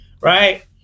right